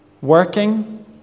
working